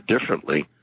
differently